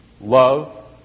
love